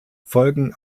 folgen